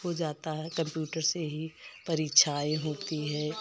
हो जाता है कंप्यूटर से ही परीक्षाएं होती है